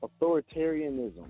Authoritarianism